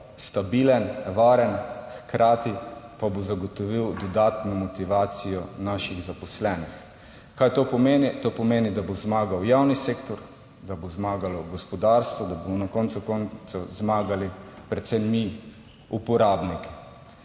stabilen, varen, hkrati pa bo zagotovil dodatno motivacijo naših zaposlenih. Kaj to pomeni? To pomeni, da bo zmagal javni sektor, da bo zmagalo gospodarstvo, da bomo na koncu koncev zmagali predvsem mi uporabniki.